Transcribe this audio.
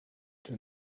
the